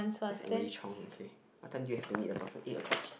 and is Malay chiong okay what time you have to meet the person eight o-clock